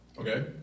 Okay